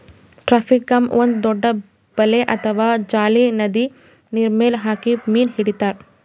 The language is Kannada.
ಟ್ರಾಪಿಂಗ್ದಾಗ್ ಒಂದ್ ದೊಡ್ಡ್ ಬಲೆ ಅಥವಾ ಜಾಲಿ ನದಿ ನೀರ್ಮೆಲ್ ಹಾಕಿ ಮೀನ್ ಹಿಡಿತಾರ್